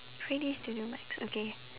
three D studio max okay